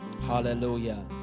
Hallelujah